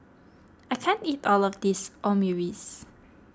I can't eat all of this Omurice